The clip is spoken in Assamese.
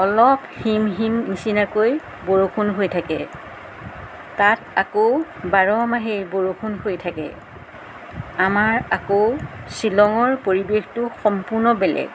অলপ হিম হিম নিচিনাকৈ বৰষুণ হৈ থাকে তাত আকৌ বাৰমাহেই বৰষুণ হৈ থাকে আমাৰ আকৌ শ্বিলঙৰ পৰিৱেশটোও সম্পূৰ্ণ বেলেগ